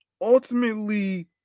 Ultimately